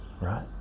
right